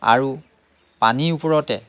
আৰু পানীৰ ওপৰতে